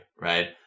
right